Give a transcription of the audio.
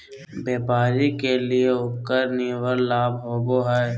व्यापारी के लिए उकर निवल लाभ होबा हइ